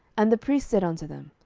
and the priest said unto them,